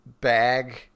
bag